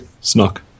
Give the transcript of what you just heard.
snuck